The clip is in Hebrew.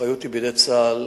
האחריות היא בידי צה"ל,